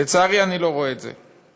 לצערי, אני לא רואה את זה.